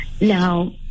now